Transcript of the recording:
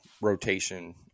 rotation